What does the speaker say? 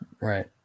Right